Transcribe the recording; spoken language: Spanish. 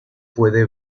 puede